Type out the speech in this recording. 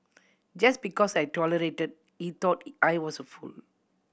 just because I tolerated he thought I was a fool